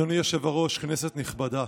אדוני היושב-ראש, כנסת נכבדה,